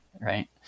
right